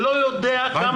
לא יודע כמה.